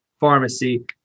Pharmacy